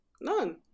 None